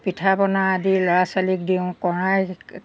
পিঠা পনা আদি ল'ৰা ছোৱালীক দিওঁ কড়াই